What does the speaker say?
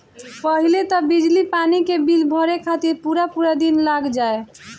पहिले तअ बिजली पानी के बिल भरे खातिर पूरा पूरा दिन लाग जाए